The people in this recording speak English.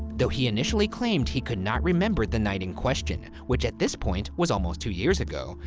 though he initially claimed he could not remember the night in question, which at this point was almost two years ago,